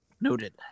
Noted